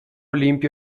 limpio